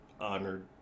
honored